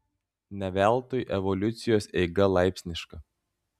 ne veltui evoliucijos eiga laipsniška